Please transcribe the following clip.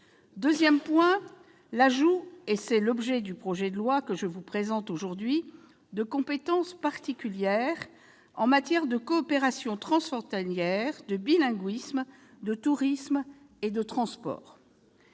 Deuxième étape, l'ajout- c'est l'objet du projet de loi que je vous présente aujourd'hui -de compétences particulières en matière de coopération transfrontalière, de bilinguisme, de tourisme et de transports.